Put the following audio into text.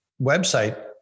website